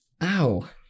ow